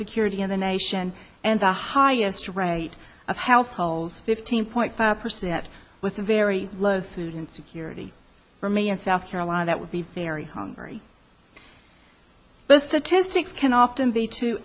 security in the nation and the highest rate of households fifteen point five percent with a very low susan security for me in south carolina that would be very hungry but statistics can often be to